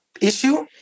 issue